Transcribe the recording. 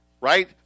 right